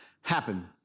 happen